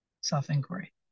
self-inquiry